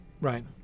right